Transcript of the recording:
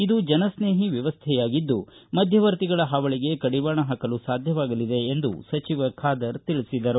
ಇದು ಜನಸ್ನೇಹಿ ವ್ಯವಸ್ವೆಯಾಗಿದ್ದು ಮಧ್ಯವರ್ತಿಗಳ ಹಾವಳಿಗೆ ಕಡಿವಾಣ ಹಾಕಲು ಸಾಧ್ಯವಾಗಲಿದೆ ಎಂದು ಸಚಿವ ಖಾದರ್ ತಿಳಿಸಿದರು